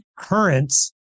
currents